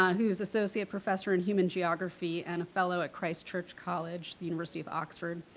um who's associate professor in human heography and a fellow at christchurch college, the university of oxford.